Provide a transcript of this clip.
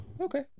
Okay